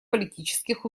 политических